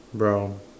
brown